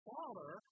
Father